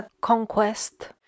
conquest